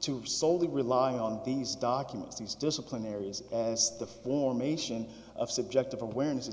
to slowly relying on these documents these discipline areas as the formation of subjective awareness is